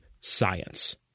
science